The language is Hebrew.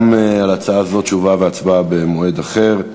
גם על הצעה זו תשובה והצבעה במועד אחר.